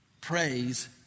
Praise